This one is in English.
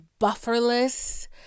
bufferless